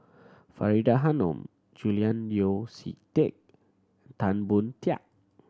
Faridah Hanum Julian Yeo See Teck Tan Boon Teik